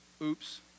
Oops